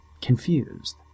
confused